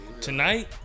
Tonight